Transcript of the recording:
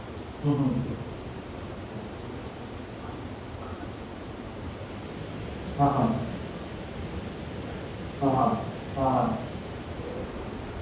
ꯎꯝ ꯎꯝ ꯑ ꯑ ꯑ ꯑ ꯑ ꯑ